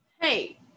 Hey